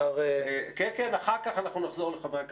13:00. אחר כך אנחנו נחזור לחברי הכנסת.